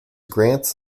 grants